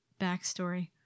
backstory